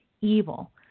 evil